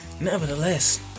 Nevertheless